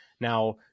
Now